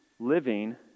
living